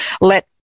let